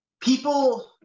people